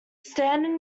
standard